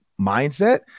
mindset